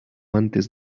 antes